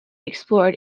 explored